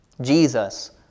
Jesus